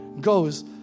goes